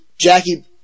Jackie